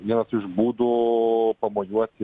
vienas iš būdų pamojuoti